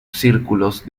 círculos